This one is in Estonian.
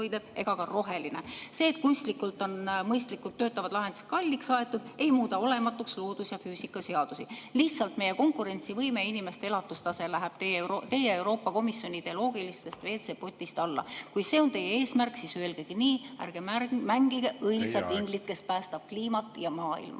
See, et kunstlikult on mõistlikult töötavad lahendused kalliks aetud, ei muuda olematuks loodus‑ ja füüsikaseadusi. Lihtsalt meie konkurentsivõime ja inimeste elatustase lähevad teie ja Euroopa Komisjoni loogika tõttu WC‑potist alla. Kui see on teie eesmärk, siis öelgegi nii, ärge mängige õilsat inglit, kes päästab kliimat ja maailma.